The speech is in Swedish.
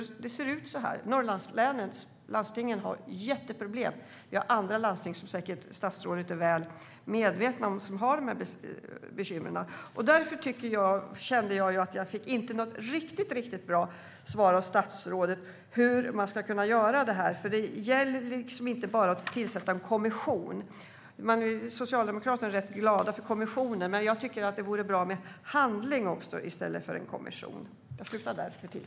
Det ser ut så här. Norrlandslänens landsting har jätteproblem. Vi har också andra landsting som har de här bekymren, vilket statsrådet säkert är väl medveten om. Därför kände jag att jag inte fick något riktigt bra svar av statsrådet när det gäller hur man ska kunna göra det här. Det går inte att bara tillsätta en kommission. Socialdemokraterna är rätt glada i kommissioner, men jag tycker att det vore bra med handling också i stället för en kommission.